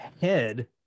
head